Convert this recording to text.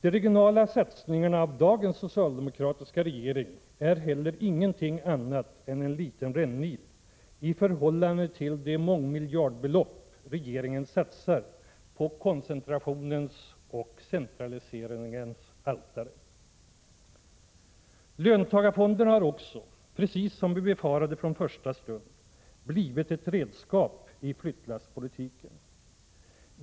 De regionala satsningarna av dagens socialdemokratiska regering är heller ingenting annat än en liten rännil i förhållande till de mångmiljardbelopp som regeringen satsar på koncentrationens och centraliseringens altare. Löntagarfonderna har också — precis som vi befarade från första stund — blivit ett redskap i flyttlasspolitiken.